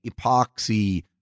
epoxy